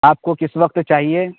آپ کو کس وقت چاہیے